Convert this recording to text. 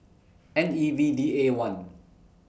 N E V D A one